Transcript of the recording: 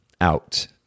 out